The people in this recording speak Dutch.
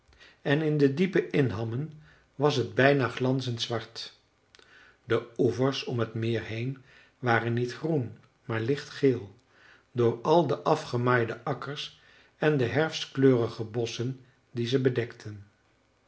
en in de diepe inhammen was het bijna glanzend zwart de oevers om het meer heen waren niet groen maar lichtgeel door al de afgemaaide akkers en de herfstkleurige bosschen die ze bedekten